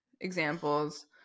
examples